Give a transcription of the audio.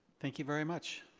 thank you very much.